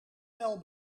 wel